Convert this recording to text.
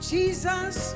Jesus